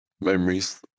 Memories